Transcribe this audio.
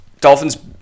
Dolphins